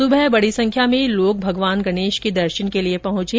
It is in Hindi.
सुबह बड़ी संख्या में लोग भगवान गणेश के दर्शन करने के लिए पहुंचे